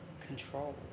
control